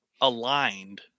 aligned